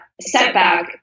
setback